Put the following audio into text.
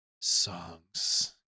songs